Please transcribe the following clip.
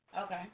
Okay